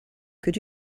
could